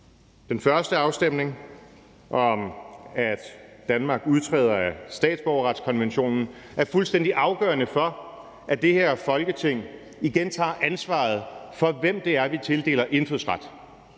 Den første afstemning om, at Danmark udtræder af statsborgerretskonventionen er fuldstændig afgørende for, at det her Folketing igen tager ansvaret for, hvem det er, vi tildeler indfødsret.